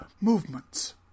movements